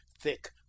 thick